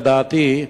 לדעתי,